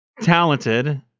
talented